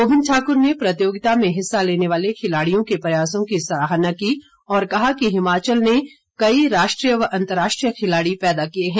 गोविंद ठाकुर ने प्रतियोगिता में हिस्सा लेने वाले खिलाड़ियों के प्रयासों की सराहना की और कहा कि हिमाचल ने कई राष्ट्रीय व अंतर्राष्ट्रीय खिलाड़ी पैदा किए हैं